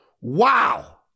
Wow